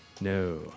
No